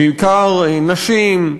בעיקר נשים,